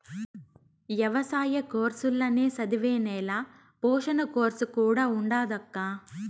ఎవసాయ కోర్సుల్ల నే చదివే నేల పోషణ కోర్సు కూడా ఉండాదక్కా